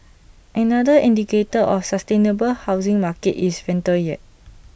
another indicator of A sustainable housing market is rental yield